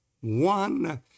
one